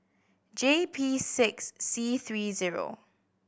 J P six C three zero